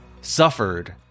suffered